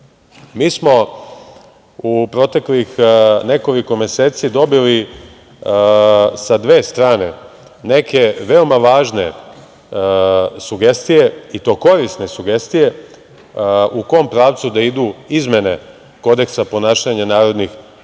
smo u proteklih nekoliko meseci dobili sa dve strane neke veoma važne sugestije i to korisne sugestije u kom pravcu da idu izmene Kodeksa ponašanja narodnih poslanika.